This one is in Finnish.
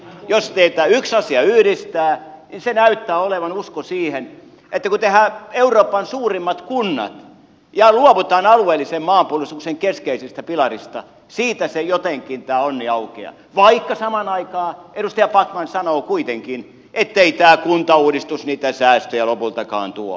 jos teitä yksi asia yhdistää niin se näyttää olevan usko siihen että kun tehdään euroopan suurimmat kunnat ja luovutaan alueellisen maanpuolustuksen keskeisestä pilarista siitä se jotenkin tämä onni aukeaa vaikka samaan aikaan edustaja backman sanoo kuitenkin ettei tämä kuntauudistus niitä säästöjä lopultakaan tuo